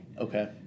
Okay